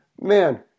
Man